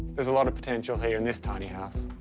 there's a lot of potential here in this tiny house.